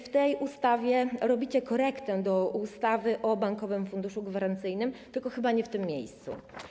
W tej ustawie robicie korektę ustawy o Bankowym Funduszu Gwarancyjnym, tylko chyba nie w tym miejscu.